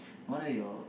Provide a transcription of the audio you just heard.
what are your